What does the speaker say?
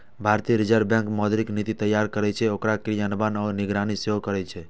भारतीय reserve bank मौद्रिक नीति तैयार करै छै, ओकर क्रियान्वयन आ निगरानी सेहो करै छै